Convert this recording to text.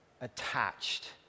attached